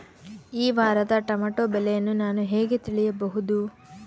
ಈ ವಾರದ ಟೊಮೆಟೊ ಬೆಲೆಯನ್ನು ನಾನು ಹೇಗೆ ತಿಳಿಯಬಹುದು?